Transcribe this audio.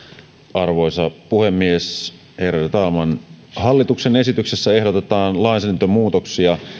arvoisa puhemies ärade talman hallituksen esityksessä ehdotetaan lainsäädäntömuutoksia